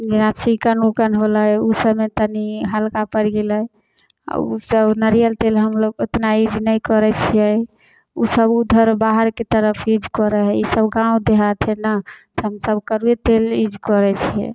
जेना चिकन उकन होलै ओसबमे तनि हल्का पड़ि गेलै आओर ओसब नरिअर तेल हमलोक ओतना यूज नहि करै छिए ओसब उधर बाहरके तरफ यूज करै हइ ईसब गाँव देहात हइ ने हमसभ कड़ुए तेल यूज करै छिए